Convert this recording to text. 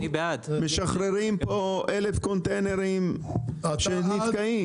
משחררים אלף קונטיינרים שנתקעים.